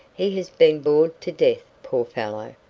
he has been bored to death, poor fellow,